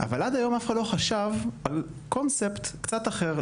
אבל עד היום אף אחד לא חשב על קונספט קצת אחר,